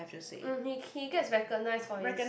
um he he gets recognised for his